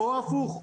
או הפוך: